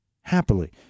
happily